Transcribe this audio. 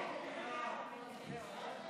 סעיפים